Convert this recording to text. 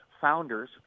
founders